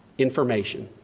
information.